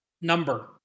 number